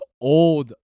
old